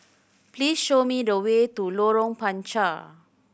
please show me the way to Lorong Panchar